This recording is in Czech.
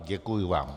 Děkuji vám.